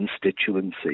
constituency